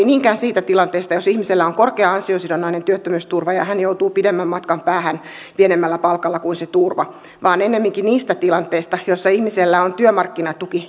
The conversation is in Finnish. niinkään siitä tilanteesta jossa ihmisellä on korkea ansiosidonnainen työttömyysturva ja hän joutuu pidemmän matkan päähän pienemmällä palkalla kuin se turva vaan ennemminkin niistä tilanteista joissa ihmisellä on työmarkkinatuki